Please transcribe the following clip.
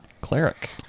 cleric